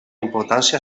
importància